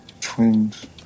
Twins